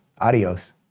Adios